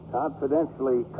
confidentially